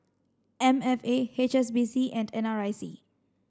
M F A H S B C and N R I C